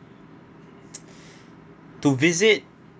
to visit